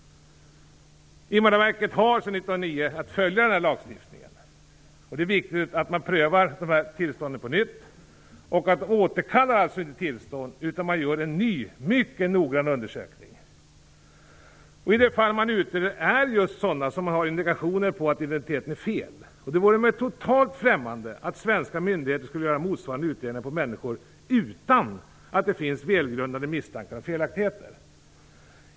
Invandrarverket skall följa denna lagstiftning sedan 1989. Det är viktigt att dessa tillstånd prövas på nytt. Verket återkallar alltså inte tillstånden, utan en ny och mycket noggrann undersökning görs. Man utreder fall där indikationer finns på att identiteten är felaktig. Det vore mig totalt främmande att svenska myndigheter skulle göra motsvarande utredningar om människor utan att det finns välgrundade misstankar om felaktigheter.